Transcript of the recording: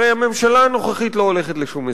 הרי הממשלה הנוכחית לא הולכת לשום הסדר,